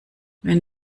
wenn